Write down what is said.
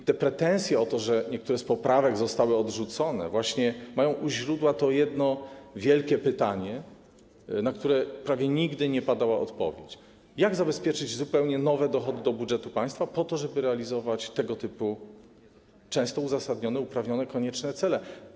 I pretensje o to, że niektóre z poprawek zostały odrzucone, właśnie mają u źródła to jedno wielkie pytanie, na które prawie nigdy nie padała odpowiedź: jak zabezpieczyć nowe dochody budżetu państwa po to, żeby realizować tego typu, często uzasadnione, uprawnione, konieczne cele.